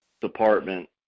department